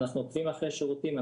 אנחנו עוקבים אחרי שירותים,